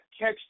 catch